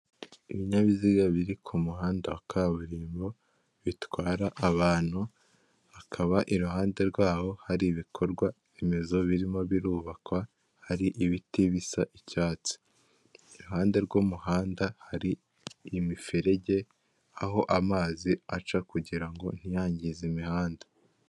Inyubako ariko igaragara ko iherereye i Kigali mu Rwanda; iragaragara yuko iri kugurishwa aho bavuga ko umuntu afite miliyoni ijana na mirongo ine abasha kuyigura, iri i Kanombe Kigali, ni uburyo rero bumenyerewe bwo kugurisha aho abantu bagaragaza ibiciro by'ibicuruzwa.